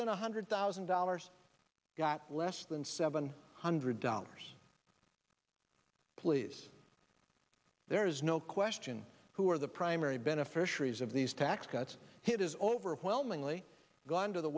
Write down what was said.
than one hundred thousand dollars got less than seven hundred dollars please there's no question who are the primary beneficiaries of these tax cuts hit is overwhelmingly gone to the